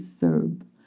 verb